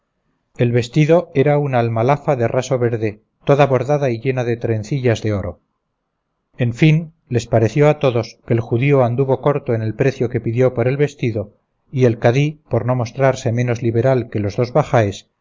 el vestido era una almalafa de raso verde toda bordada y llena de trencillas de oro en fin les pareció a todos que el judío anduvo corto en el precio que pidió por el vestido y el cadí por no mostrarse menos liberal que los dos bajáes